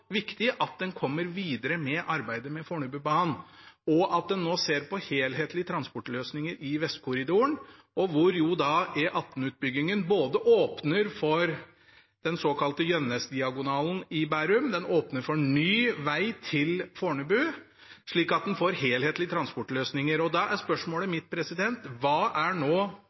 viktig at man kommer videre med arbeidet med Fornebubanen, og at man nå ser på helhetlige transportløsninger i Vestkorridoren, hvor E18-utbyggingen både åpner for den såkalte Gjønnes-diagonalen i Bærum og åpner for ny vei til Fornebu, slik at man får helhetlige transportløsninger. Da er spørsmålet mitt: Hva er nå